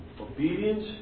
Obedience